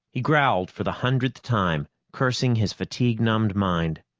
he growled for the hundredth time, cursing his fatigue-numbed mind.